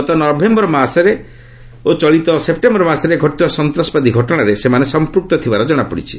ଗତ ବର୍ଷ ନଭେମ୍ବର ଓ ଚଳିତ ସେପ୍ଟେମ୍ବର ମାସରେ ଘଟିଥିବା ସନ୍ତ୍ରାସବାଦୀ ଘଟଣାରେ ସେମାନେ ସମ୍ପୁକ୍ତ ଥିବାର ଜଣାପଡ଼ିଛି